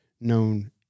known